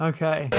Okay